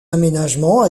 aménagements